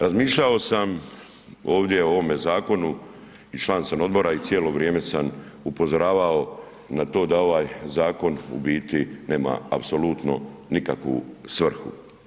Razmišljao sam ovdje o ovome zakonu i član sam odbora i cijelo vrijeme sam upozoravao na to da ovaj zakon u biti nema apsolutno nikakvu svrhu.